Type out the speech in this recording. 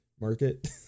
market